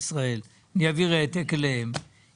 ישראל עם העתק אל משרד הבינוי והשיכון.